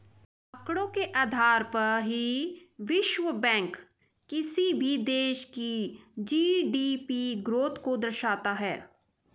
आंकड़ों के आधार पर ही विश्व बैंक किसी भी देश की जी.डी.पी ग्रोथ को दर्शाता है